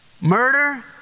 murder